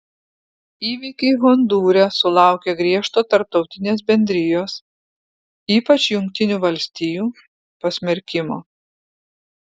įvykiai hondūre sulaukė griežto tarptautinės bendrijos ypač jungtinių valstijų pasmerkimo